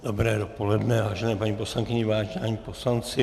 Dobré dopoledne, vážené paní poslankyně, vážení páni poslanci.